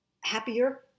happier